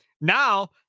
Now